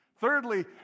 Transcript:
Thirdly